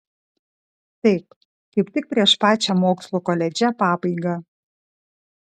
taip kaip tik prieš pačią mokslų koledže pabaigą